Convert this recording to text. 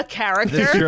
character